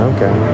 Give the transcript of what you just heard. Okay